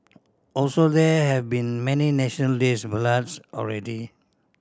also there have been many National Days ballads already